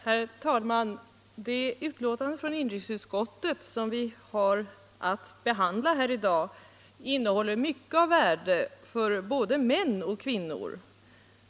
Herr talman! Det betänkande från inrikesutskottet som vi har att behandla här i dag innehåller mycket av värde för både män och kvinnor.